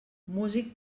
músic